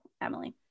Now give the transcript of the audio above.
Emily